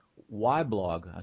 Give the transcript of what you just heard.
why blog?